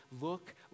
look